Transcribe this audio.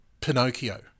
Pinocchio